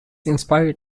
inspired